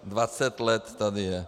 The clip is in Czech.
Dvacet let tady je.